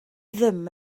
ddim